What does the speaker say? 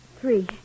three